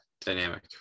dynamic